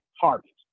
Harvest